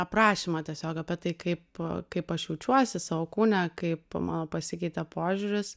aprašymą tiesiog apie tai kaip kaip aš jaučiuosi savo kūne kaip mano pasikeitė požiūris